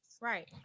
right